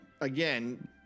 Again